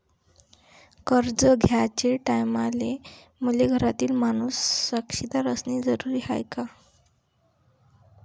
कर्ज घ्याचे टायमाले मले घरातील माणूस साक्षीदार असणे जरुरी हाय का?